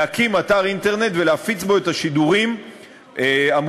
להקים אתר אינטרנט ולהפיץ בו את השידורים המופצים